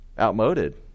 outmoded